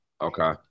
Okay